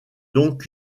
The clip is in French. donc